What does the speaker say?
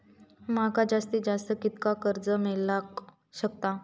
माका जास्तीत जास्त कितक्या कर्ज मेलाक शकता?